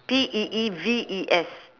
P E E V E S